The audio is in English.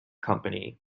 company